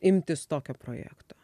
imtis tokio projekto